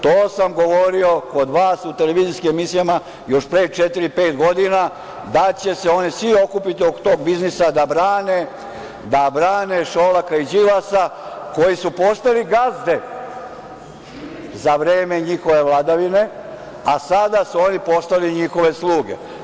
To sam govorio kod vas u televizijskim emisijama još pre četiri-pet godina da će se oni svi okupiti oko tog biznisa da brane Šolaka i Đilasa, koji su postali gazde za vreme njihove vladavine, a sada su oni postali njihove sluge.